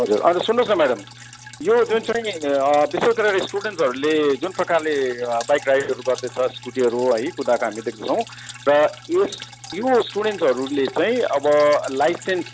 हजुर अन्त सुन्नुहोस् न म्याडम यो जुन चाहिँ विशेष गरेर स्टुडेन्सहरूले जुन प्रकारले बाइक राइडहरू गर्दैछ स्कुटीहरू है कुदाएको हामी देख्दैछौँ र यस यो स्टुडेन्सहरूले चाहिँ अब लाइसेन्स